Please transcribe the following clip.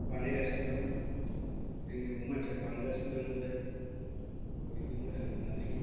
बानायगासनो दं जोंनावबो मानसिया बांगासिनो दं ओमफ्राय बयबो मोजां मोननानै